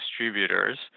distributors